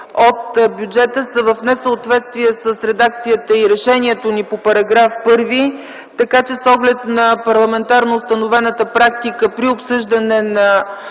от бюджета”, са в несъответствие с редакцията и решението ни по § 1. С оглед на парламентарно установената практика при обсъждане на